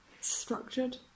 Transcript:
structured